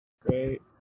great